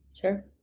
sure